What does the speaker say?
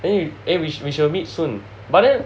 then you eh we shall meet soon but then